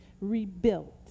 rebuilt